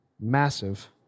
Massive